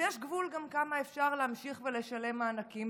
ויש גבול גם כמה אפשר להמשיך ולשלם מענקים.